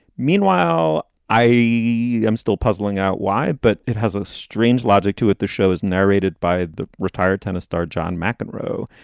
meanwhile, i am still puzzling out why. but it has a strange logic to it. the show is narrated by the retired tennis star john mcenroe.